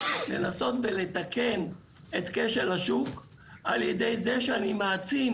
לנסות ולתקן את כשל השוק על ידי זה שאני מעצים